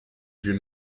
più